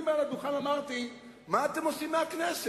מעל הדוכן אמרתי: מה אתם עושים מהכנסת?